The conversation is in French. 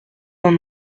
dans